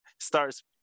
Starts